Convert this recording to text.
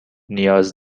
نیاز